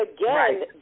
again